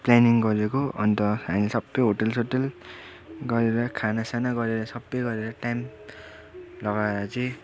planning गरेको अन्त हामीले सबै होटल सोटल गरेर खाना साना गरेर सबै गरेर टाइम लगाएर चाहिँ